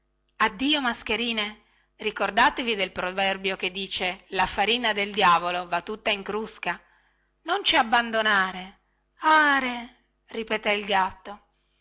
addio mascherine ricordatevi del proverbio che dice la farina del diavolo va tutta in crusca non ci abbandonare are ripeté il gatto